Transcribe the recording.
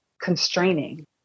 constraining